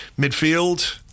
Midfield